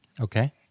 Okay